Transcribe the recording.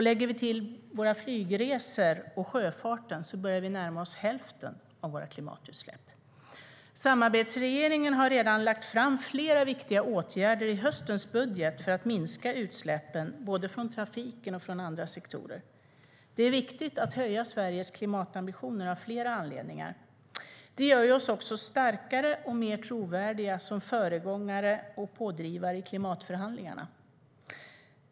Lägger vi till våra flygresor och sjöfarten börjar vi närma oss hälften av våra klimatutsläpp. Samarbetsregeringen har redan lagt fram flera viktiga åtgärder i höstens budget för att minska utsläppen, både från trafiken och från andra sektorer. Det är viktigt att höja Sveriges klimatambitioner av flera anledningar. Det gör oss också starkare och trovärdigare som föregångare och pådrivare i klimatförhandlingarna.